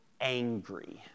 angry